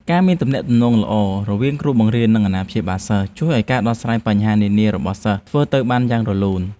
ការមានទំនាក់ទំនងល្អរវាងគ្រូបង្រៀននិងអាណាព្យាបាលសិស្ស ជួយឱ្យការដោះស្រាយបញ្ហានានារបស់សិស្សធ្វើទៅបានយ៉ាងរលូន។